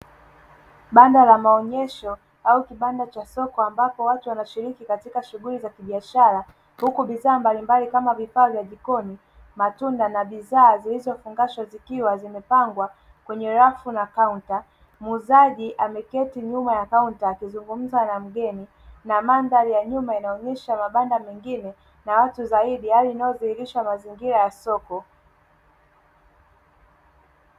Banda la maonyesho au kipande cha soko, ambapo watu wanashiriki katika shughuli za biashara, huku bidhaa mbalimbali kama vifaa vya jikoni, matunda na bidhaa zilizofungashwa, zikiwa zimepangwa kwenye rafu na kaunta. Muuzaji ameketi nyuma ya kaunta akizungumza na mgeni na mandhari ya nyuma inaonyesha mabanda mengine na watu zaidi, hali inayodhihirisha mazingira ya soko.